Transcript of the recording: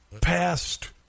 past